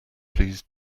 please